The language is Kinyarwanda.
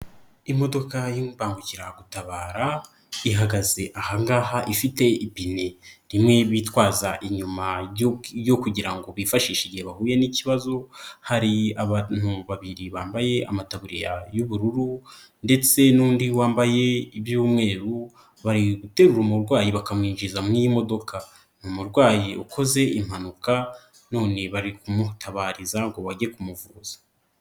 Imodoka y'imbangukiragutabara, ihagaze aha ngaha ifite ipine rimwe bitwaza inyuma ryo kugira ngo bifashishe igihe bahuye n'ikibazo, hari abantu babiri bambaye amataburiya y'ubururu ndetse n'undi wambaye iby'umweru, bari guterura umurwayi bakamwinjiza mu iyi modoka ni umurwayi ukoze impanuka none bari kumutabariza ngo bajye kumuvuza.